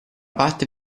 parte